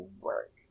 work